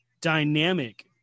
dynamic